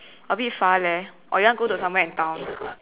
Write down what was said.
a bit far leh or you want to go to somewhere in town